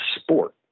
sport